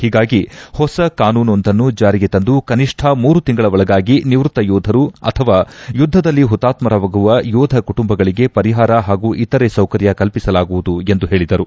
ಹೀಗಾಗಿ ಹೊಸ ಕಾನೂನುವೊಂದನ್ನು ಜಾರಿಗೆ ತಂದು ಕನಿಷ್ಠ ಮೂರು ತಿಂಗಳ ಒಳಗಾಗಿ ನಿವೃತ್ತ ಯೋಧರು ಅಥವಾ ಯುದ್ದದಲ್ಲಿ ಹುತಾತ್ನರಾಗುವ ಯೋಧ ಕುಟುಂಬಗಳಿಗೆ ಪರಿಹಾರ ಹಾಗೂ ಇತರೆ ಸೌಕರ್ಯ ಕಲ್ಪಿಸಲಾಗುವುದು ಎಂದು ಹೇಳಿದರು